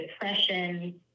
depression